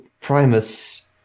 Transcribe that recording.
Primus